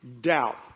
doubt